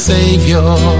Savior